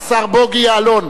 נמנעים.